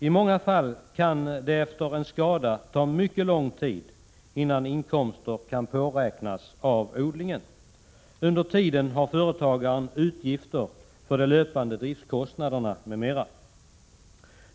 I många fall kan det ta mycket lång tid efter en skada innan inkomster kan påräknas av odlingen. Under tiden har företagaren utgifter för löpande driftskostnader m.m.